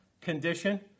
condition